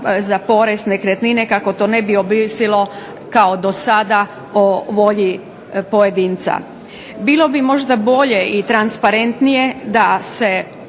za porez nekretnine kako to ne bi ovisilo kao do sada o volji pojedinca. Bilo bi možda bolje i transparentnije da se